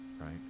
right